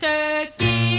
Turkey